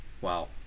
Wow